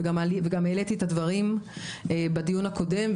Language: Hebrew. וגם העליתי את הדברים בדיון הקודם.